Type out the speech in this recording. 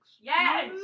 Yes